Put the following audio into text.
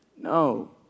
No